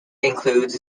includes